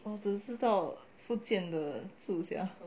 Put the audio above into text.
我只知道福建的字